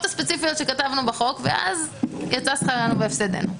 הספציפיות שכתבנו בחוק ואז יצא שכרנו בהפסדנו,